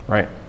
Right